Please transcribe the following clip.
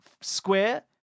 square